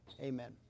Amen